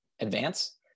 advance